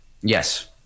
Yes